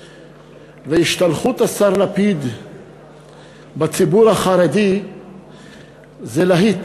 והשתלחות השר לפיד בציבור החרדי זה להיט,